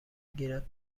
گیرد